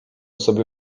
sobie